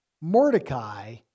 Mordecai